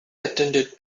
attended